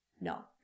No